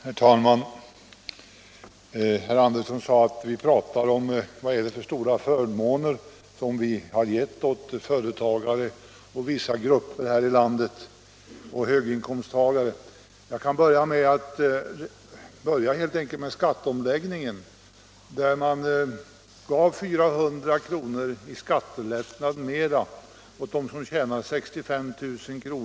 Herr talman! Herr Andersson i Knäred frågade vad vi avsåg när vi talade om de stora förmåner som har givits åt företagare och andra grupper av höginkomsttagare här i landet. Jag kan börja med att peka på skatteomläggningen. Där gav regeringen dem som tjänade 65 000 kr. och däröver ytterligare 400 kr.